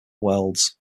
worlds